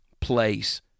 place